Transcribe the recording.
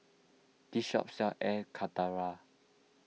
this shop sells Air Karthira